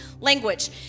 Language